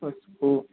పసుపు